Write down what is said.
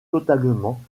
totalement